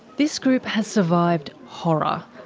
this group has survived horror.